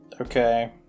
Okay